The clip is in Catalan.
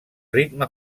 ritme